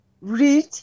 read